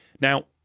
Now